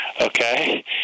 okay